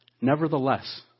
Nevertheless